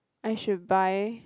I should buy